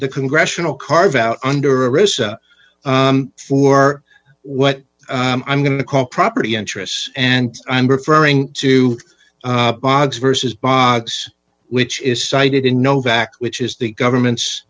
the congressional carve out under risk for what i'm going to call property interests and i'm referring to bogs versus box which is cited in nowak which is the government